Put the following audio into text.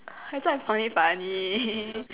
that's why I find it funny